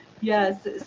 Yes